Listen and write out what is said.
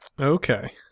Okay